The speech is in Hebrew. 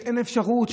כשאין אפשרות,